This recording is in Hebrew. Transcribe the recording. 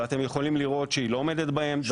ואתם יכולים לראות שהיא לא עומדת בהם.